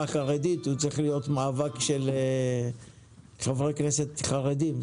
החרדית צריך להיות מאבק של חברי כנסת חרדים.